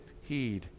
heed